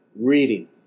reading